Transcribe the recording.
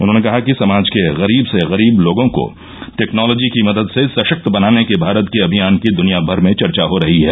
उन्हॉने कहा कि समाज के गरीब से गरीब लोगों को टेक्नोलॉजी की मदद से सशक्त बनाने के भारत के अभियान की दुनियाभर में चर्चा हो रही है